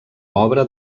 obra